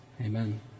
Amen